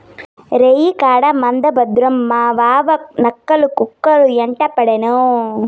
రేయికాడ మంద భద్రం మావావా, నక్కలు, కుక్కలు యెంటపడేను